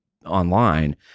online